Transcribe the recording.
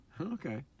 Okay